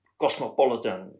cosmopolitan